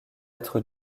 être